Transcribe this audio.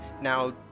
Now